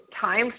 Time